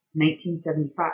1975